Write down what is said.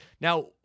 Now